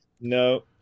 No